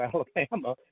Alabama